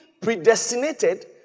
predestinated